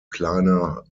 kleiner